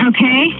Okay